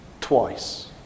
twice